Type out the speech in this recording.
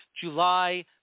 July